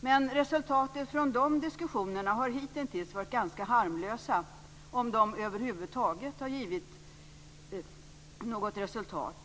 Men resultatet från de diskussionerna har hitintills varit ganska harmlösa, om de över huvud taget givit något resultat.